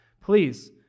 Please